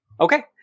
Okay